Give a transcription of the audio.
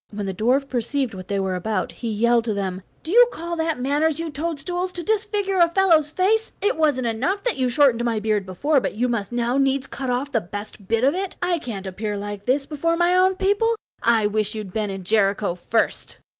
when the dwarf perceived what they were about he yelled to them do you call that manners, you toad-stools! to disfigure a fellow's face? it wasn't enough that you shortened my beard before, but you must now needs cut off the best bit of it. i can't appear like this before my own people. i wish you'd been in jericho first.